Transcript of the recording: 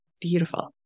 beautiful